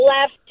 left